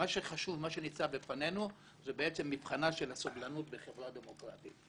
מה שחשוב ומה שנמצא בפנינו זה בעצם מבחנה של הסובלנות בחברה דמוקרטית.